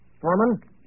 Foreman